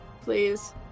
Please